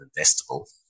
investable